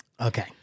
Okay